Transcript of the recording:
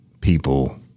people